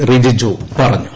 റിജിജു പറഞ്ഞു